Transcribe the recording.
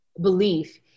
belief